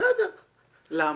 לא נכון,